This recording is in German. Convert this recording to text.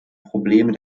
probleme